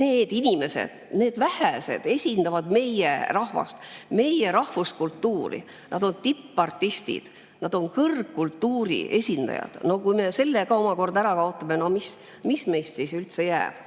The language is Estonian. need inimesed, need vähesed esindavad meie rahvast, meie rahvuskultuuri, nad on tippartistid, nad on kõrgkultuuri esindajad. Kui me selle ka omakorda ära kaotame, no mis meist siis üldse jääb?